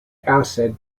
acid